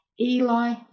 Eli